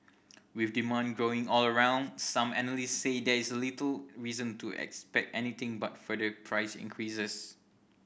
with demand growing all around some analysts say there is little reason to expect anything but further price increases